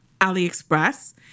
AliExpress